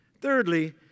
Thirdly